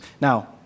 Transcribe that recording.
Now